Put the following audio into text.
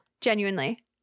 Genuinely